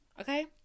okay